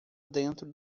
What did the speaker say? dentro